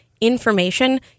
information